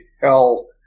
hell